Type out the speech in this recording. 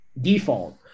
default